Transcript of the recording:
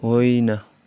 होइन